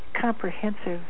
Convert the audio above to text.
comprehensive